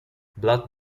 blood